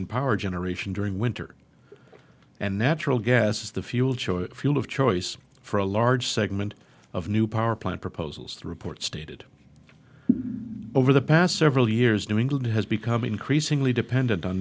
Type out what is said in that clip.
and power generation during winter and natural gas is the fuel choice fuel of choice for a large segment of new power plant proposals the report stated over the past several years new england has become increasingly dependent on